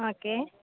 okay